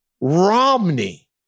Romney